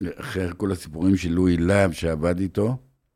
אחרי כל הסיפורים של לואי לב שעבד איתו.